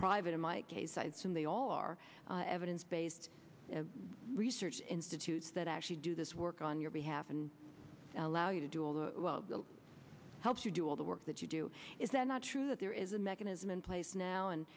private in my case sites and they all are evidence based research institutes that actually do this work on your behalf and allow you to do all the helps you do all the work that you do is that not true that there is a mechanism in place now and